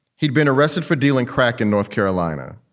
he'd been arrested for dealing crack in north carolina,